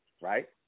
right